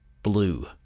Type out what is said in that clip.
blue